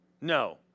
No